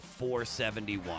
471